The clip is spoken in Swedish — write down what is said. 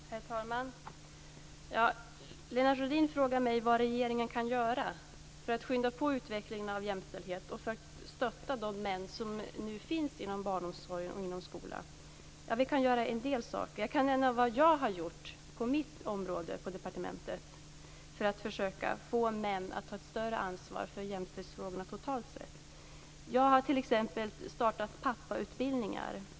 Herr talman! Lennart Rohdin frågade mig vad regeringen kan göra för att skynda på utvecklingen av jämställdhet och för att stötta de män som nu finns inom barnomsorgen och skolan. Vi kan göra en del saker. Jag skall nämna vad jag har gjort inom mitt område på departementet för att försöka få män att ta större ansvar för jämställdhetsfrågorna. Jag har startat pappautbildningar.